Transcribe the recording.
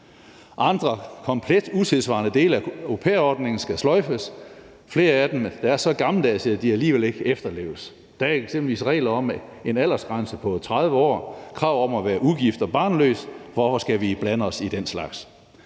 Andre komplet utidssvarende dele af au pair-ordningen skal sløjfes. Flere af dem er så gammeldags, at de alligevel ikke efterleves. Der er eksempelvis regler om en aldersgrænse på 30 år og krav om at være ugift og barnløs. Hvorfor skal vi blande os i den slags?